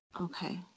Okay